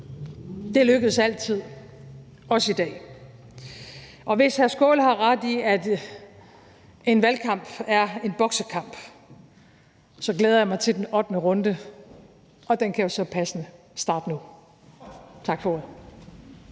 Det lykkes altid, også i dag, og hvis hr. Sjúrður Skaale har ret i, at en valgkamp er en boksekamp, så glæder jeg mig til den ottende runde, og den kan jo så passende starte nu. Tak for